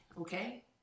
Okay